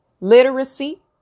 literacy